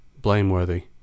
blameworthy